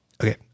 Okay